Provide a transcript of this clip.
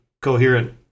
coherent